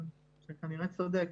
אתה כנראה צודק.